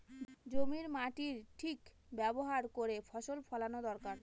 জমির মাটির ঠিক ব্যবহার করে ফসল ফলানো দরকার